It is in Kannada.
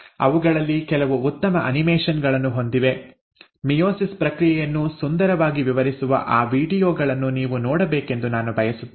ಅವುಗಳಲ್ಲಿ ಕೆಲವು ಉತ್ತಮ ಅನಿಮೇಷನ್ ಗಳನ್ನು ಹೊಂದಿವೆ ಮಿಯೋಸಿಸ್ ಪ್ರಕ್ರಿಯೆಯನ್ನು ಸುಂದರವಾಗಿ ವಿವರಿಸುವ ಆ ವೀಡಿಯೋಗಳನ್ನು ನೀವು ನೋಡಬೇಕೆಂದು ನಾನು ಬಯಸುತ್ತೇನೆ